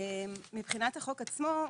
מבחינת החוק עצמו,